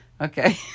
Okay